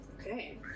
Okay